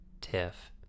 TIFF